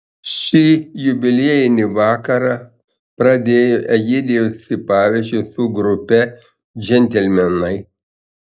šį jubiliejinį vakarą pradėjo egidijus sipavičius su grupe džentelmenai